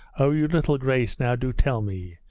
oh, you little grace now do tell me,